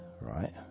right